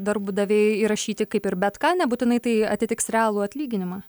darbdaviai įrašyti kaip ir bet ką nebūtinai tai atitiks realų atlyginimą